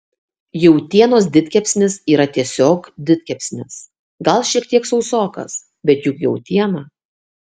jautienos didkepsnis yra tiesiog didkepsnis gal šiek tiek sausokas bet juk jautiena